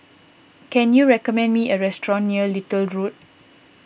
can you recommend me a restaurant near Little Road